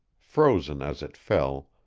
frozen as it fell,